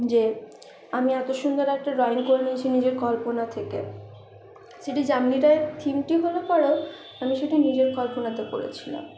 যে আমি এত সুন্দর একটা ড্রয়িং করে নিয়েছি নিজের কল্পনা থেকে সেটি যামিনী রায়ের থিমটি হলে পরেও আমি সেটি নিজের কল্পনাতে করেছিলাম